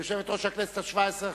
יושבת-ראש הכנסת השבע-עשרה,